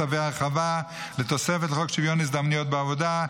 צווי הרחבה לתוספת לחוק שוויון ההזדמנויות בעבודה,